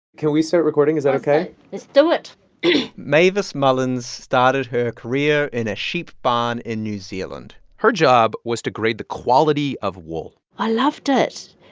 can we start recording? is that ok? let's do it mavis mullins started her career in a sheep barn in new zealand her job was to grade the quality of wool i loved ah it.